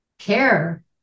care